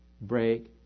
break